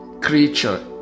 creature